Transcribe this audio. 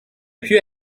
pieux